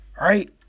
Right